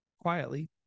quietly